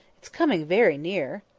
it's coming very near!